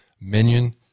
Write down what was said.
minion